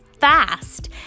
Fast